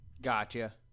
Gotcha